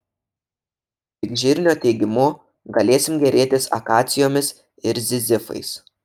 pikžirnio teigimu galėsim gėrėtis akacijomis ir zizifais